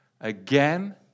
Again